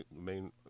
main